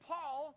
Paul